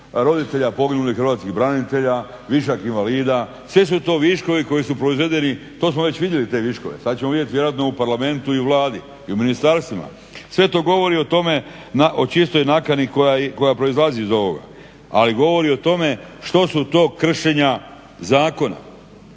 roditelja poginulih hrvatskih branitelja, višak invalida. Sve su to viškovi koji su proizvedeni, to smo već vidjeli te viškove. Sad ćemo vidjeti vjerojatno u Parlamentu i u Vladi i u ministarstvima. Sve to govori o tome o čistoj nakani koja proizlazi iz ovoga. Ali govori o tome što su to kršenja zakona.